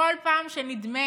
כל פעם שנדמה